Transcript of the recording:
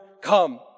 come